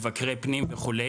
מבקרי פנים וכולי